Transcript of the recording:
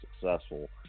successful